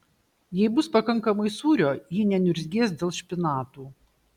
jeigu bus pakankamai sūrio ji neniurzgės dėl špinatų